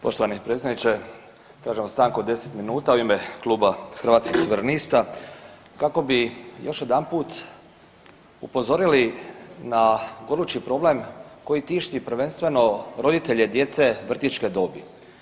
Poštovani predsjedniče, tražimo stanku od 10 minuta u ime Kluba Hrvatskih suverenista kako bi još jedanput upozorili na gorući problem koji tišti prvenstveno roditelje djece vrtićke dobi.